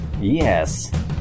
Yes